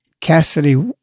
Cassidy